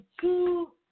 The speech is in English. two